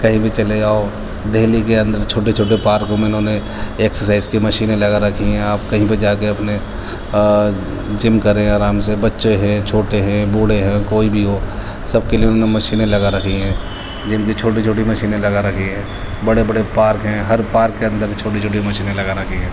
کہیں بھی چلے جاؤ دہلی کے اندر چھوٹے چھوٹے پارک میں انہوں نے ایکسرسائز کی مشینیں لگا رکھی ہیں آپ کہیں پہ جا کے اپنے جم کریں آرام سے بچے ہے چھوٹے ہیں بوڑھے ہیں کوئی بھی ہو سب کے لیے انہوں نے مشینیں لگا رکھی ہیں جن میں چھوٹی چھوٹی مشینیں لگا رکھی ہے بڑے بڑے پارک ہیں ہر پارک کے اندر چھوٹی چھوٹی مشینیں لگا رکھی ہے